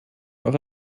auch